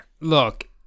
Look